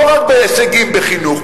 לא רק בהישגים בחינוך,